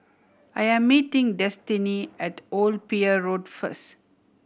I am meeting Destinee at Old Pier Road first